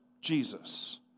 Jesus